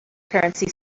currency